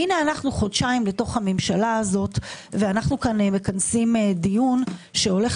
והנה אנחנו חודשיים בתוך הממשלה הזאת ואנחנו מכנסים דיון שהולך